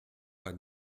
pas